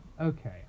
okay